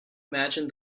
imagine